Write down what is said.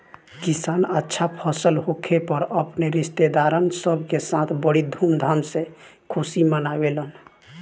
किसान अच्छा फसल होखे पर अपने रिस्तेदारन सब के साथ बड़ी धूमधाम से खुशी मनावेलन